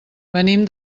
venim